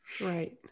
Right